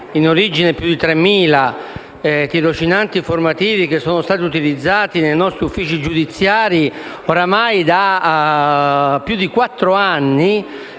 parlando: 3.000 tirocinanti formativi e più sono stati utilizzati nei nostri uffici giudiziari ormai da più di quattro anni